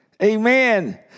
Amen